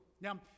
Now